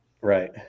Right